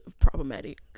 problematic